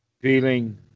feeling